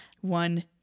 one